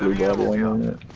to gavel yeah